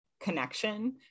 Connection